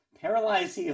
paralyzed